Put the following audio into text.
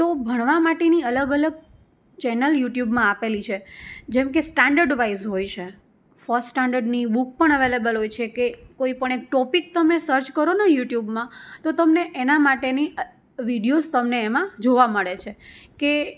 તો ભણવા માટેની અલગ અલગ ચેનલ યુટ્યુબમાં આપેલી છે જેમકે સ્ટાન્ડર્ડ વાઈઝ હોય છે ફર્સ્ટ સ્ટાન્ડર્ડની બુક પણ અવેલેબલ હોય છે કે કોઈપણ એક ટોપિક તમે સર્ચ કરોને યુટ્યુબમાં તો તમને એના માટેની વીડિયોઝ તમને એમાં જોવા મળે છે કે